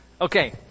Okay